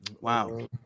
Wow